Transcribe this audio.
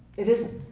it isn't.